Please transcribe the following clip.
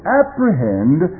apprehend